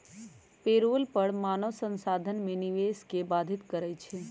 payroll कर मानव संसाधन में निवेश के बाधित करइ छै